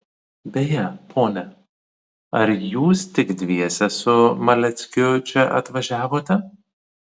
beje ponia ar jūs tik dviese su maleckiu čia atvažiavote